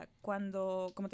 cuando